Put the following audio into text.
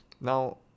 now